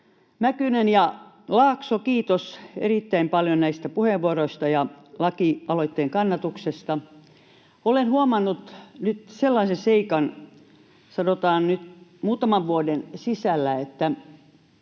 Mäkynen ja Laakso. Kiitos erittäin paljon näistä puheenvuoroista ja lakialoitteen kannatuksesta. Olen huomannut nyt sellaisen seikan, sanotaan nyt muutaman vuoden sisällä, että